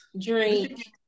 drink